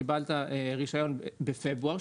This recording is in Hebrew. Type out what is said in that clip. קיבלת רישיון בפברואר,